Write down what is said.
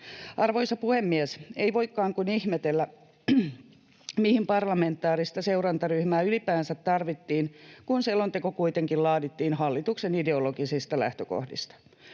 Arvoisa puhemies! Ei voikaan kuin ihmetellä, mihin parlamentaarista seurantaryhmää ylipäänsä tarvittiin, kun selonteko kuitenkin laadittiin hallituksen ideologisista lähtökohdista.